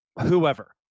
whoever